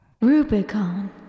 Rubicon